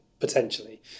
potentially